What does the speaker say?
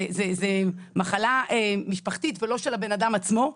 זה מחלה משפחתית ולא של הבן אדם עצמו.